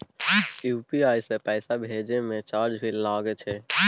UPI से पैसा भेजै म चार्ज भी लागे छै?